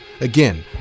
Again